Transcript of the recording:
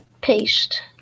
paste